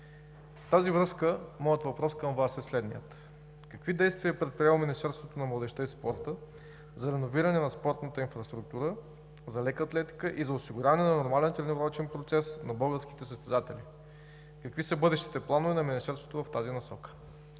В тази връзка моят въпрос към Вас е следният: какви действия е предприело Министерството на младежта и спорта за реновиране на спортната инфраструктура за лека атлетика и за осигуряване на нормалния тренировъчен процес на българските състезатели? Какви са бъдещите планове на Министерството в тази насока?